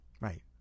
Right